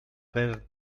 per